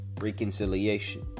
reconciliation